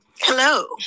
Hello